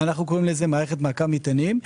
אנו קוראים לזה מערכת מעקב מטענים,